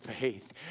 faith